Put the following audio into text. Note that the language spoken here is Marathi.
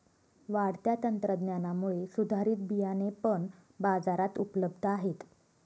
वाढत्या तंत्रज्ञानामुळे सुधारित बियाणे पण बाजारात उपलब्ध आहेत